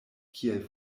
kiel